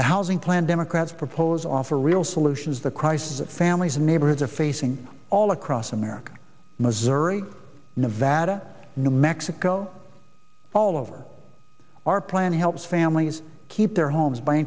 the housing plan democrats propose offer real solutions the crisis that families and neighborhoods are facing all across america missouri nevada new mexico all over our plan helps families keep their homes by